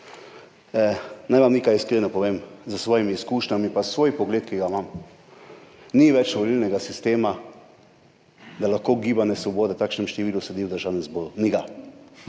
Naj vam nekaj iskreno povem, s svojimi izkušnjami, pa svoj pogled, ki ga ima. Ni več volilnega sistema, da lahko Gibanje Svoboda v takšnem številu sedi v Državnem zboru. Ni ga,